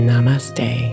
Namaste